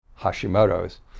Hashimoto's